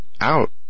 out